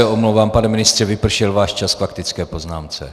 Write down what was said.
Já se omlouvám, pane ministře, vypršel váš čas k faktické poznámce.